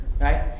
right